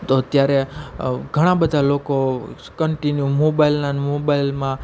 તો ત્યારે ઘણા બધા લોકો કન્ટીન્યુ મોબાઈલના અને મોબાઈલમાં